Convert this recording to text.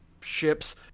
ships